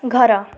ଘର